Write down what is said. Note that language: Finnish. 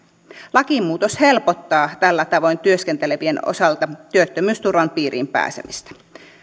lakimuutos helpottaa tällä tavoin työskentelevien osalta työttömyysturvan piiriin pääsemistä